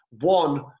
One